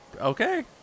okay